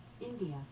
India